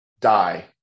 die